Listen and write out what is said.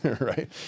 right